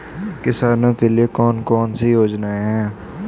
किसानों के लिए कौन कौन सी योजनाएं हैं?